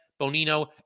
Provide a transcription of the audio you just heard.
Bonino